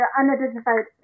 unidentified